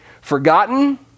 Forgotten